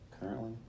currently